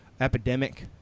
epidemic